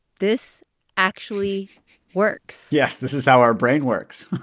this actually works yes. this is how our brain works.